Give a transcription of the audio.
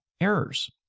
errors